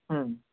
हम्म